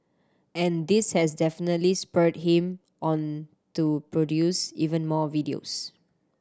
and this has definitely spurred him on to produce even more videos